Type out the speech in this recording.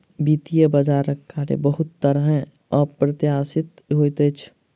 वित्तीय बजारक कार्य बहुत तरहेँ अप्रत्याशित होइत अछि